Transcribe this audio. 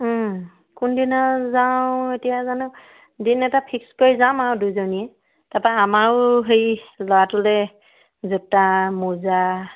কোনদিনা যাওঁ এতিয়া জানো দিন এটা ফিক্স কৰি যাম আৰু দুইজনীয়ে তাৰপা আমাৰো হেৰি ল'ৰাটোলে জোতা মোজা